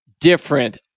different